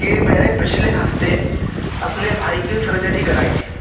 کہ میں نے پچھلے ہفتے اپنے بھائی کی سرجری کرائی تھی